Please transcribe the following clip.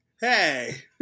Hey